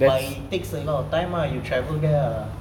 but it takes a lot of time mah you travel there ah